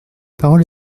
parole